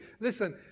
Listen